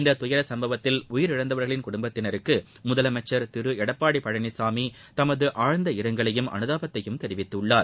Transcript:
இந்த துயர சம்பவத்தில் உயிரிழந்தவர்களின் குடும்பத்தினருக்கு முதலமைச்சர் திரு எடப்பாடி பழனிசாமி தமது ஆழ்ந்த இரங்கலையும் அனுதாபத்தையும் தெரிவித்துள்ளார்